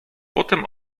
potem